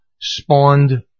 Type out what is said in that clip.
spawned